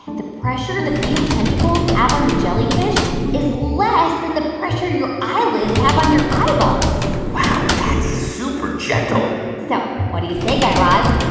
the pressure that these tentacles have on the jellyfish is less than the pressure your eyelids have on your eyeballs wow. that's super gentle so what do you say, guy raz?